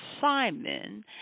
Simon